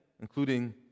including